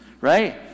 right